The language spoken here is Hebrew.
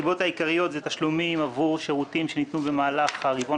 הסיבות העיקריות הן תשלומים עבור שירותים שניתנו במהלך הרבעון